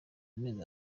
amezi